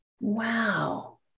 Wow